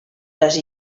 les